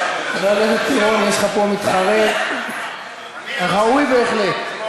הכנסת פירון, יש לך פה מתחרה ראוי בהחלט.